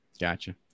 gotcha